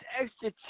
extra